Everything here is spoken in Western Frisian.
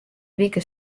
wike